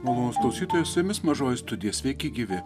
malonūs klausytojai su jumis mažoji studija sveiki gyvi